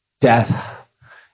death